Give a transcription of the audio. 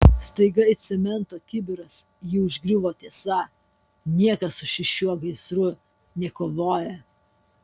staiga it cemento kibiras jį užgriuvo tiesa niekas su šiuo gaisru nekovoja